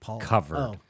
covered